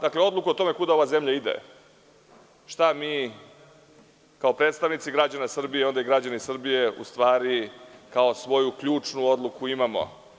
Dakle, odluku o tome kuda ova zemlja ide, šta mi kao predstavnici građana Srbije u stvari, kao svoju ključnu odluku imamo.